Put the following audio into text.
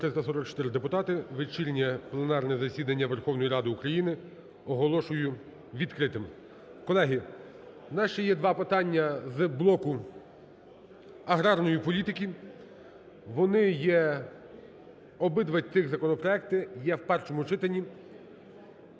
344 депутати. Вечірнє пленарне засідання Верховної Ради України оголошую відкритим. Колеги, у нас ще є два питання з блоку аграрної політики, вони є, обидва ці законопроекти є в першому читанні,